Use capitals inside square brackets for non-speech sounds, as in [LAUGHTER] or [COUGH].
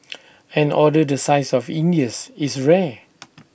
[NOISE] an order the size of India's is rare [NOISE]